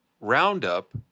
roundup